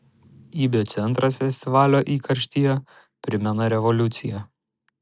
ibio centras festivalio įkarštyje primena revoliuciją